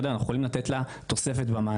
אנחנו יכולים לתת לה תוספת במענק.